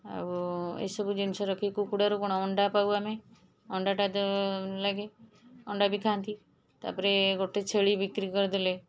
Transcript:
ଆଉ ଏସବୁ ଜିନିଷ ରଖିକି କୁକୁଡ଼ାରୁ କ'ଣ ଅଣ୍ଡା ପାଉ ଆମେ ଅଣ୍ଡା ଅଣ୍ଡାଟା ତ ଲାଗେ ଅଣ୍ଡା ବି ଖାଆନ୍ତି ତା'ପରେ ଗୋଟେ ଛେଳି ବିକ୍ରି କରିଦେଲେ